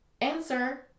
Answer